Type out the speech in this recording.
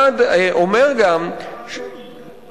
כמה תאונות קרו בשנים האחרונות?